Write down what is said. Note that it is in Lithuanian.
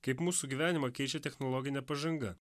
kaip mūsų gyvenimą keičia technologinė pažanga